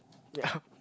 ya